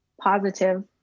positive